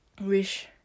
wish